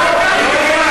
רבותי,